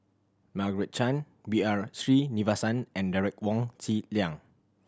Margaret Chan B R Sreenivasan and Derek Wong Zi Liang